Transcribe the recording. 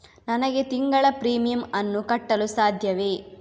ನನಗೆ ತಿಂಗಳ ಪ್ರೀಮಿಯಮ್ ಅನ್ನು ಕಟ್ಟಲು ಸಾಧ್ಯವೇ?